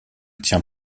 tient